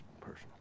personal